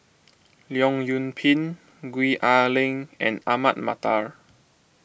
Leong Yoon Pin Gwee Ah Leng and Ahmad Mattar